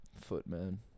Footman